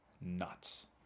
nuts